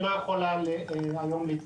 שלא יכולה היום להצטרף לישיבה,